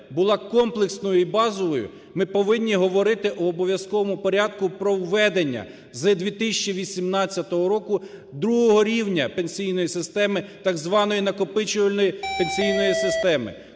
була комплексною і базовою, ми повинні говорити в обов'язковому порядку про введення з 2018 року другого рівня пенсійної системи, так званої накопичувальної пенсійної системи,